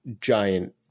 giant